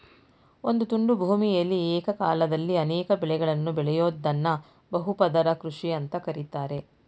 ಒಂದು ತುಂಡು ಭೂಮಿಯಲಿ ಏಕಕಾಲದಲ್ಲಿ ಅನೇಕ ಬೆಳೆಗಳನ್ನು ಬೆಳಿಯೋದ್ದನ್ನ ಬಹು ಪದರ ಕೃಷಿ ಅಂತ ಕರೀತಾರೆ